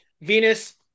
Venus